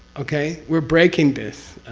okay? we're breaking this.